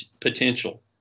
potential